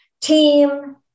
team